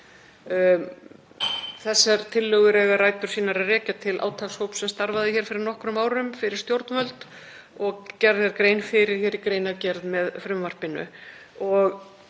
Þessar tillögur eiga rætur sínar að rekja til átakshóps sem starfaði hér fyrir nokkrum árum fyrir stjórnvöld og gerð er grein fyrir í greinargerð með frumvarpinu.